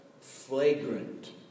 flagrant